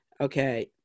okay